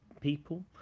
people